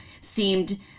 seemed